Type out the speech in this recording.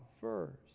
first